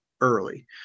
early